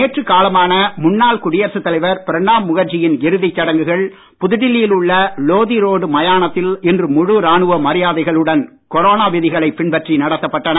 நேற்று காலமான முன்னாள் குடியரசுத் தலைவர் பிரணாப் முகர்ஜியின் இறுதிச் சடங்குகள் புதுடில்லியில் உள்ள லோகி ரோடு மயானத்தில் இன்று முழு ராணுவ மரியாதைகளுடன் கொரோனா விதிகளைப் பின்பற்றி நடத்தப்பட்டன